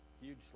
huge